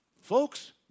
Folks